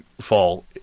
fall